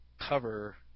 cover